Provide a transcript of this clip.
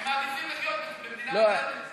הם מעדיפים לחיות במדינה מסודרת.